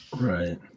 Right